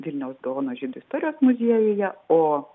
vilniaus gaono žydų istorijos muziejuje o